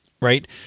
right